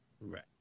Right